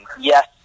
yes